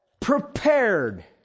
prepared